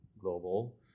global